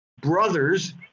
brothers